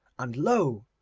and lo!